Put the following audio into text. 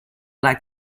like